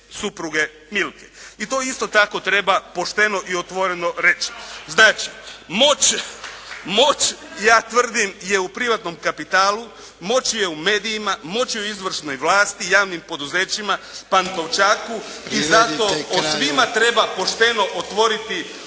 I to, isto tako, treba pošteno i otvoreno reći. Znači, moć, ja tvrdim, je u privatnom kapitalu, moć je u medijima, moć je u izvršnoj vlasti, javnim poduzećima, Pantovčaku i zato … **Jarnjak, Ivan